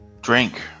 Drink